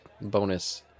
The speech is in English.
bonus